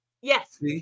Yes